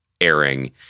airing